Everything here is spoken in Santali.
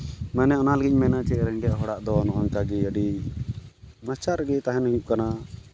ᱢᱟᱱᱮ ᱚᱱᱟ ᱞᱟᱹᱜᱤᱫ ᱤᱧ ᱢᱮᱱᱟ ᱡᱮ ᱨᱮᱸᱜᱮᱡ ᱦᱚᱲᱟᱜ ᱫᱚ ᱟᱹᱰᱤ ᱱᱟᱪᱟᱨ ᱜᱮ ᱛᱟᱦᱮᱱ ᱦᱩᱭᱩᱜ ᱠᱟᱱᱟ